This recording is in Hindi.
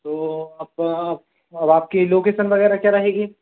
तो आप आप अब आपकी लोकेसन वगैरह क्या रहेगी